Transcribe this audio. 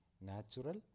natural